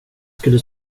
skulle